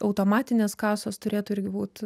automatinės kasos turėtų irgi būt